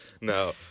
No